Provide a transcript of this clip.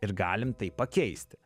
ir galim tai pakeisti